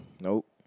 Nope